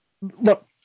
look